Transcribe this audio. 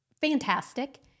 fantastic